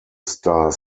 star